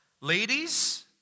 Ladies